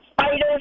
spiders